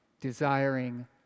Desiring